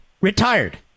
retired